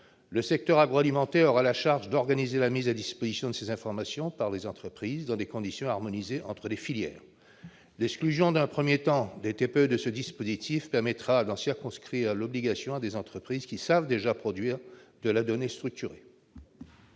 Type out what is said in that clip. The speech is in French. Le secteur agroalimentaire aura la charge d'organiser la mise à disposition de ces informations par les entreprises, dans des conditions harmonisées entre les filières. L'exclusion dans un premier temps des TPE du dispositif permettra d'en circonscrire l'obligation à des entreprises sachant déjà produire de la donnée structurée.